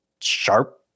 sharp